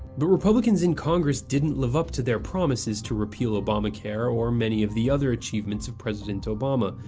but republicans in congress didn't live up to their promises to repeal obamacare or many of the other achievements of president obama,